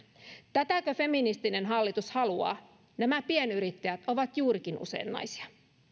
tätäkö feministinen hallitus haluaa nämä pienyrittäjät ovat juurikin usein naisia